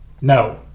No